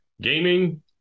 Gaming